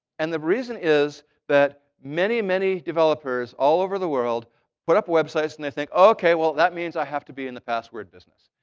and the reason is that many, many developers all over the world put up websites and they think, ok, well, that means i have to be in the password business.